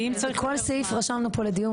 כי אם צריך --- רושמים את זה לדיון,